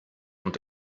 und